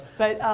but,